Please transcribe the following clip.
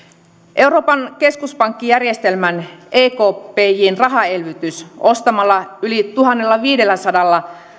euroopan keskuspankkijärjestelmän ekpjn rahaelvytys ostamalla yli tuhannellaviidelläsadalla